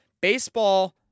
Baseball